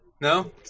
No